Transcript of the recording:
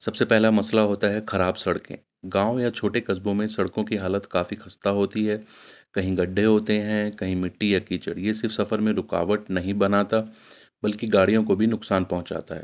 سب سے پہلا مسئلہ ہوتا ہے خراب سڑکیں گاؤں یا چھوٹے قصبوں میں سڑکوں کی حالت کافی کستہ ہوتی ہے کہیں گڈھے ہوتے ہیں کہیں مٹی یا کیچڑ یہ صرف سفر میں رکاوٹ نہیں بناتا بلکہ گاڑیوں کو بھی نقصان پہنچاتا ہے